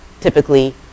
typically